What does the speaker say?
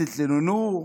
תתלוננו,